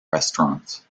restaurants